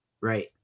right